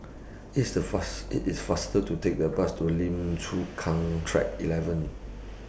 IT IS The fast IT IS faster to Take The Bus to Lim Chu Kang Track eleven